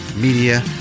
media